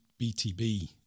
BTB